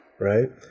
Right